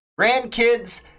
grandkids